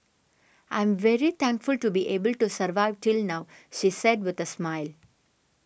I'm very thankful to be able to survive till now she said with a smile